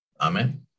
Amen